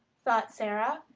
thought sara.